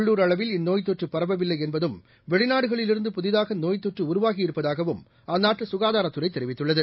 உள்ளூர் அளவில் இந்நோய்த் தொற்றுபரவவில்லைஎன்பதும் வெளிநாடுகளிலிருந்து புதிதாகநோய்த் தொற்றுஉருவாகியிருப்பதாகவும் அந்நாட்டுசுகாதாரத்துறைதெரிவித்துள்ளது